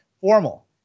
formal